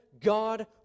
God